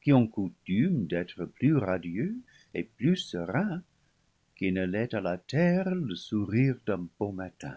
qui ont coutume d'être plus radieux et plus sereins que ne l'est à la terre le sourire d'un beau matin